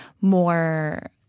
more